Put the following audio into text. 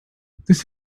this